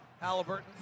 Halliburton